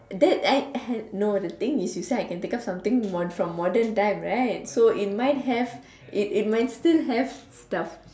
that I I no the thing is you said I can take up something from modern time right so it might have it it might still have stuff